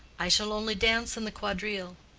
i shall only dance in the quadrille.